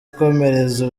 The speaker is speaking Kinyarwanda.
akomereza